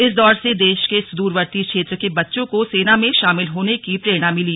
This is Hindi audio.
इस दौरे से देश के सुद्रवर्ती क्षेत्र के बच्चों को सेना में शामिल होने की प्रेरणा मिली